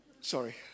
Sorry